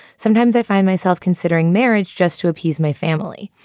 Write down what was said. sometimes i find myself considering marriage just to appease my family.